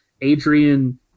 Adrian